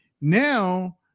Now